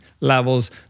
levels